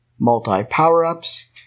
multi-power-ups